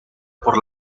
por